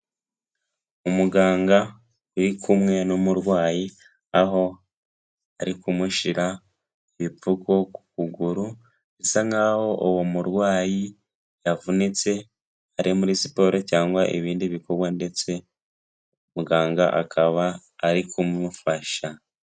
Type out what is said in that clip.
Umuganga uri kumwe n'umurwayi aho ari kumushyira igipfuko ku ukuguru bisa nkaho uwo murwayi yavunitse ari muri siporo cyangwa ibindi bikorwa ndetse muganga akaba ari kumufasha.